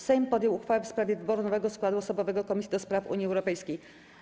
Sejm podjął uchwałę w sprawie wyboru nowego składu osobowego Komisji do Spraw Unii Europejskiej.